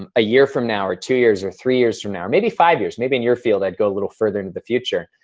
um a year from now, or two years, or three years from now, or maybe in five years, maybe in your field i'd go a little further in the future,